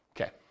Okay